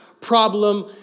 problem